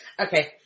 Okay